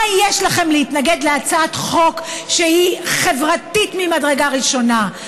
מה יש לכם להתנגד להצעת חוק שהיא חברתית ממדרגה ראשונה,